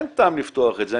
אין טעם לפתוח את זה.